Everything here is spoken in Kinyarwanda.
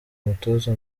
umutoza